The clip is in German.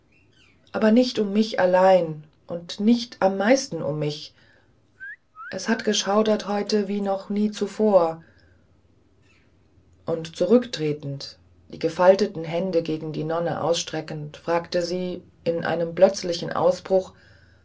aber nicht um mich allein und nicht am meisten um mich es hat geschaudert heute wie noch nie zuvor und zurücktretend die gefalteten hände gegen die nonne ausstreckend fragte sie mit einem plötzlichen ausbruch